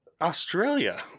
Australia